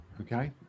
okay